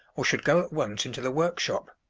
or should go at once into the workshop.